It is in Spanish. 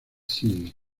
city